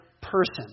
person